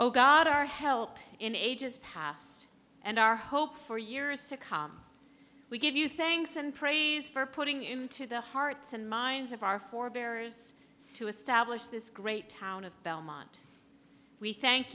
oh god our help in ages past and our hope for years to come we give you thanks and praise for putting into the hearts and minds of our forbearers to establish this great town of belmont we thank